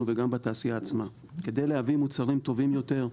וגם בתעשייה עצמה כדי להביא מוצרים טובים יותר,